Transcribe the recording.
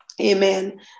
Amen